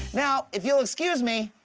now, if you'll excuse me.